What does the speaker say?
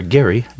Gary